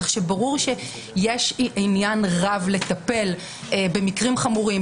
כך שברור שיש עניין רב לטפל במקרים חמורים,